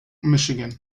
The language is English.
michigan